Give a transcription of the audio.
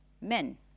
men